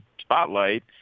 spotlight